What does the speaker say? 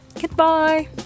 Goodbye